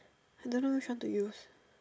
I don't know which one to use